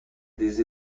des